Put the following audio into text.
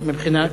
מבחינת?